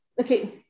okay